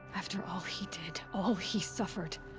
after all he did, all he suffered.